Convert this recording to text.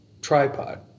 tripod